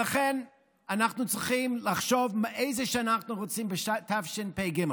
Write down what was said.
לכן אנחנו צריכים לחשוב איזו שנה אנחנו רוצים שתהיה תשפ"ג.